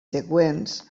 següents